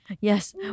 Yes